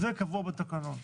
זה קובע בתקנון.